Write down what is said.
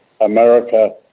america